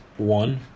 one